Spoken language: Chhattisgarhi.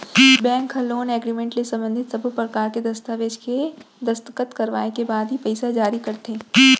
बेंक ह लोन एगरिमेंट ले संबंधित सब्बो परकार के दस्ताबेज के दस्कत करवाए के बाद ही पइसा जारी करथे